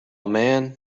man